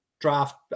draft